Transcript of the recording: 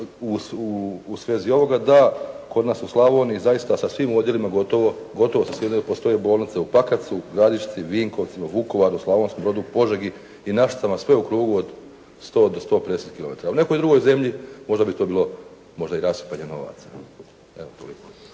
u svezi ovoga da kod nas u Slavoniji zaista sa svim odjelima gotovo, gotovo sa svim odjelima postoje bolnice u Pakracu, Gradišci, Vinkovcima, Vukovaru, Slavonskom Brodu, Požegi i Našicama sve u krugu od 100 do 150 kilometara. U nekoj drugoj zemlji možda bi to bilo možda i rasipanje novaca.